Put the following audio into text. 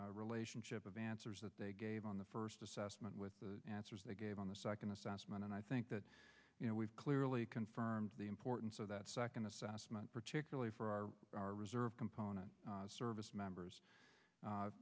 the relationship of answers that they gave on the first assessment with the answers they gave on the second assessment and i think that you know we've clear really confirmed the importance of that second assessment particularly for our reserve component service members